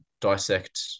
dissect